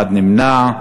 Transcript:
אחד נמנע.